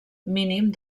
mínim